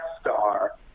Star